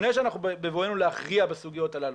בבואנו להכריע בסוגיות הללו,